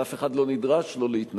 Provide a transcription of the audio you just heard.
ואף אחד לא נדרש לא להתנצל